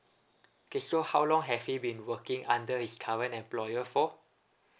okay so how long have he been working under his current employer for